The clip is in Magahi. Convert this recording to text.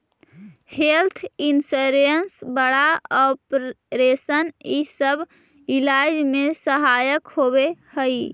हेल्थ इंश्योरेंस बड़ा ऑपरेशन इ सब इलाज में सहायक होवऽ हई